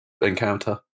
encounter